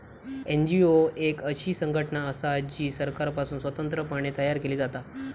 NGO एक अशी संघटना असा जी सरकारपासुन स्वतंत्र पणे तयार केली जाता